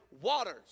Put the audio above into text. waters